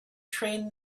train